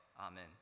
Amen